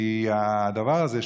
כי הדבר הזה,